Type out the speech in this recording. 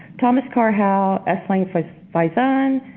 thomas carr howe, s. lane faison,